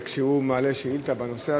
כשהוא מעלה שאילתה בנושא,